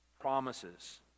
promises